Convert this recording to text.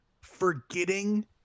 forgetting